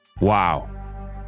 Wow